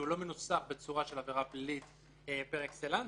כי הוא לא מנוסח בצורה של עבירה פלילית פר אקסלנס,